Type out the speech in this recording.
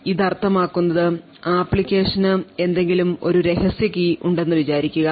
അതിനാൽ ഇത് അർത്ഥമാക്കുന്നത് ആപ്ലിക്കേഷന് എന്തെങ്കിലും ഒരു രഹസ്യ കീ ഉണ്ടെന്നു വിചാരിക്കുക